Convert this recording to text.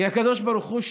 כי הקדוש ברוך הוא,